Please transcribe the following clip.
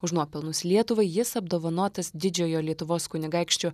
už nuopelnus lietuvai jis apdovanotas didžiojo lietuvos kunigaikščio